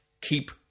keep